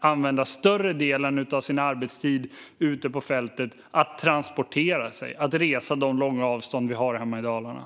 använda större delen av sin arbetstid ute på fältet till att transportera sig - att resa de långa avstånd som vi har hemma i Dalarna.